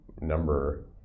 number